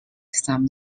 some